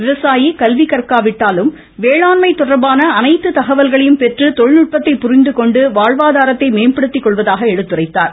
விவசாயி கல்வி கற்காவிட்டாலும் வேளாண்மை தொடர்பான அனைத்து தகவல்களையும் பெற்று தொழில்நுட்பத்தை புரிந்துகொண்டு வாழ்வாதாரத்தை மேம்படுத்திக் கொள்வதாக எடுத்துரைத்தார்